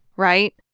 right?